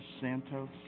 Santos